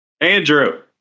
Andrew